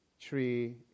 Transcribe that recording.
tree